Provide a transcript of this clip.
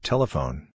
Telephone